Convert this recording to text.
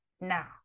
now